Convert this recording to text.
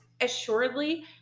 assuredly